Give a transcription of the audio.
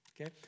Okay